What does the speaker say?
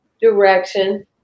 direction